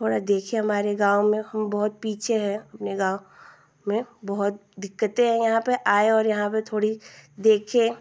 थोड़ा देखें हमारे गाँव में हम बहुत पीछे हैं अपने गाँव में बहुत दिक्कतें हैं यहाँ पर आएँ और देखें